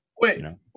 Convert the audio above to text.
Wait